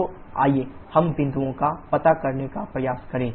तो आइए हम बिंदुओं का पता लगाने का प्रयास करें